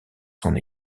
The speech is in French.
son